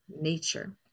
nature